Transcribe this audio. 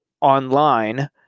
online